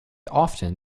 often